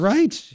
Right